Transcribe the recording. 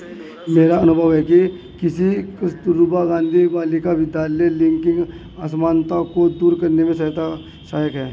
मेरा अनुभव है कि कस्तूरबा गांधी बालिका विद्यालय लैंगिक असमानता को दूर करने में सहायक है